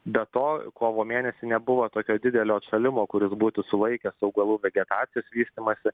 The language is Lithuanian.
be to kovo mėnesį nebuvo tokio didelio atšalimo kuris būtų sulaikęs augalų vegetacijos vystymąsi